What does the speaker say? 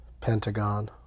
Pentagon